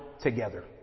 together